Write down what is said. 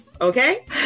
Okay